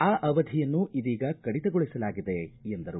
ಆ ಅವಧಿಯನ್ನು ಇದೀಗ ಕಡಿತಗೊಳಿಸಲಾಗಿದೆ ಎಂದರು